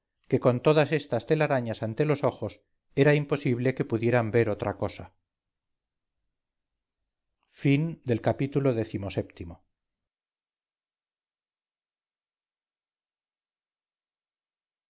que con todas estas telarañas ante los ojos era imposible que pudieran ver otra cosa ii